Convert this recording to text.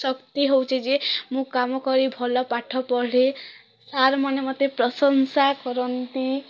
ଶକ୍ତି ହେଉଛି ଯେ ମୁଁ କାମ କରି ଭଲ ପାଠ ପଢ଼େ ସାର୍ମାନେ ମୋତେ ପ୍ରଶଂସା କରନ୍ତି